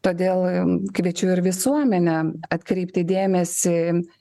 todėl kviečiu ir visuomenę atkreipti dėmesį